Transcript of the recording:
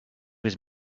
his